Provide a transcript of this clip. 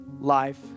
life